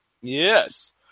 Yes